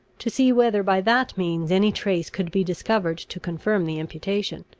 to see whether by that means any trace could be discovered to confirm the imputation.